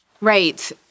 Right